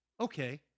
okay